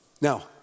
Now